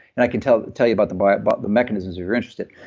and i can tell tell you about the but but the mechanisms you're you're interested.